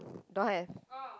don't have